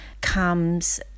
comes